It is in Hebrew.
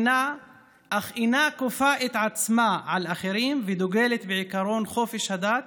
אך אינה כופה את עצמה על אחרים ודוגלת בעקרון חופש הדת,